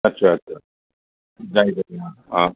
আচ্ছা আচ্ছা যাই অঁ অঁ